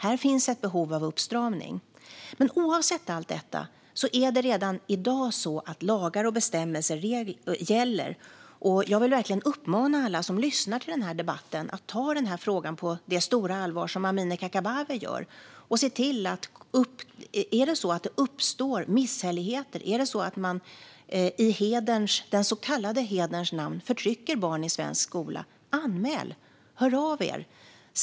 Här finns ett behov av uppstramning. Oavsett allt detta är det dock redan i dag så att lagar och bestämmelser gäller. Jag vill verkligen uppmana alla som lyssnar till debatten att ta den här frågan på det stora allvar som Amineh Kakabaveh gör. Är det så att det uppstår misshälligheter och att någon i den så kallade hederns namn förtrycker barn i svensk skola - anmäl!